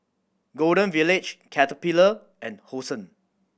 Golden Village Caterpillar and Hosen